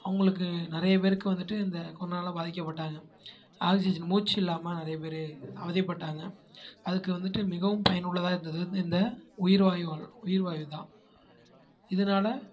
அவங்களுக்கு நிறைய பேருக்கு வந்துட்டு இந்த கொரோனால பாதிக்கப்பட்டாங்க ஆக்சிஜன் மூச்சு இல்லாமல் நிறைய பேரு அவதிப்பட்டாங்க அதுக்கு வந்துட்டு மிகவும் பயனுள்ளதாக இருந்தது இந்த உயிர் வாயு ஆலை உயிர் வாயு தான் இதனால்